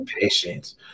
patience